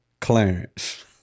Clarence